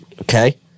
Okay